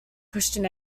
christian